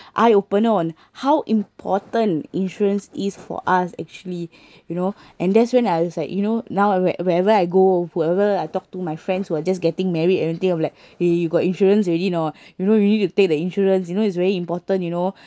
eye opener on how important insurance is for us actually you know and that's when I was like you know now where~ wherever I go whoever I talk to my friends who are just getting married and everything like eh you got insurance already or not you know really to take the insurance you know it's very important you know